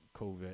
COVID